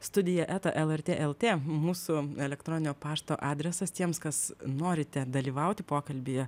studija eta lrt lrt mūsų elektroninio pašto adresas tiems kas norite dalyvauti pokalbyje